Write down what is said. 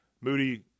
Moody